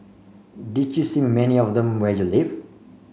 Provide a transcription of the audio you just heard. did you see many of them where you live